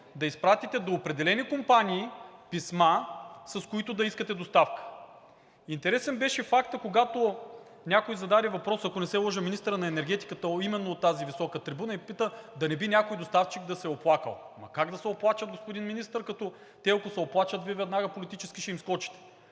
да изпратите до определени компании писма, с които да искате доставка. Интересен беше фактът, когато някой зададе въпроса, ако не се лъжа, министърът на енергетиката, именно от тази висока трибуна, и пита да не би някой доставчик да се е оплакал? Как да се оплачат, господин Министър, като те, ако се оплачат, Вие веднага политически ще им скочите.